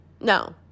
no